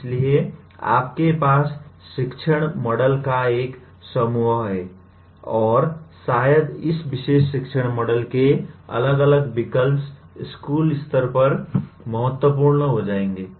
इसलिए आपके पास शिक्षण मॉडल का एक समूह है और शायद इस विशेष शिक्षण मॉडल के अलग अलग विकल्प स्कूल स्तर पर महत्वपूर्ण हो जाएंगे